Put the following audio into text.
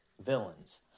villains